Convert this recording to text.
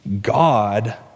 God